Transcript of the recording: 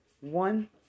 One